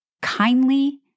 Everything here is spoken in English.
Kindly